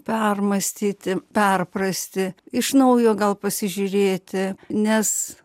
permąstyti perprasti iš naujo gal pasižiūrėti nes